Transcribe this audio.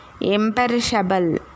imperishable